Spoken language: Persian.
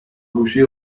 گوشی